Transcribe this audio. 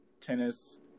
tennis